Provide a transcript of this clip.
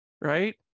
right